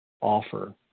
offer